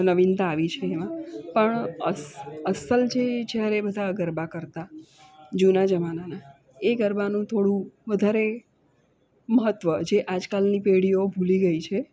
નવીનતા આવી છે એમાં પણ અસ અસલ જે જ્યારે ગરબા બધા ગરબા કરતાં જૂના જમાના ના એ ગરબાનું થોડું વધારે મહત્વ જે આજકાલની પેઢીઓ ભૂલી ગઈ છે